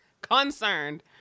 concerned